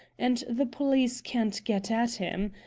and the police can't get at him.